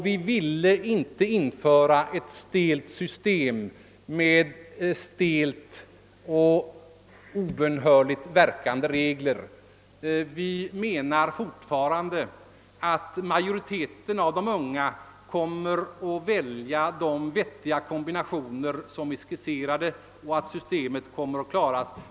Vi ville in te införa ett stelt system med obönhörligt verkande regler. Vi menar fortfarande att majoriteten av de unga kommer att välja de vettiga kombinationer som är skisserade och att systemet kommer att klaras.